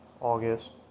August